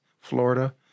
Florida